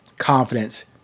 confidence